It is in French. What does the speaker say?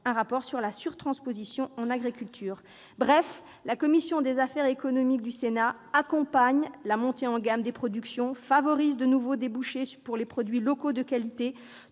un rapport sur la surtransposition en agriculture. En bref, la commission des affaires économiques du Sénat accompagne la montée en gamme des productions, favorise de nouveaux débouchés pour les produits locaux de qualité,